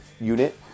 unit